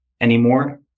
anymore